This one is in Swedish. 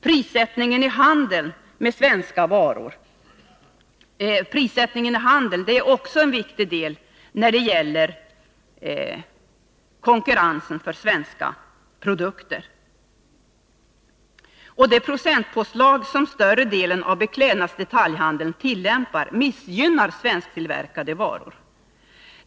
Prissättningen i handeln är också en viktig del när det gäller konkurrensen för svenska produkter. Det procentpåslag, som större delen av beklädnadsdetaljhandeln tillämpar, missgynnar svensktillverkade varor.